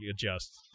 adjust